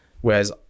whereas